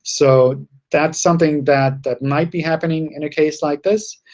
so that's something that that might be happening in a case like this.